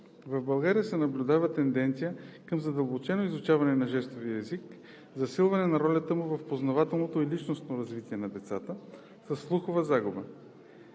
В България се наблюдава тенденция към задълбочено изучаване на жестовия език и засилване на ролята му в познавателното и личностното развитие на децата със слухова загуба,